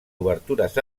obertures